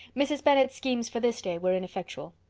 mrs. bennet's schemes for this day were ineffectual.